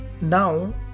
Now